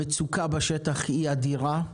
המצוקה בשטח היא אדירה.